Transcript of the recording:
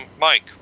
Mike